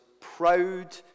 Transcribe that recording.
proud